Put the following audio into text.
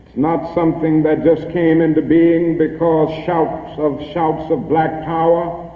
not something that just came into being because shouts of shouts of black power,